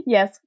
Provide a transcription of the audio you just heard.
Yes